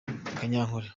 kanyankore